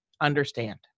understand